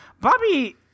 Bobby